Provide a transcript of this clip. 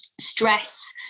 stress